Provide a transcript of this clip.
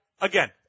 Again